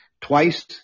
twice